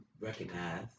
recognize